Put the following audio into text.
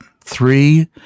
Three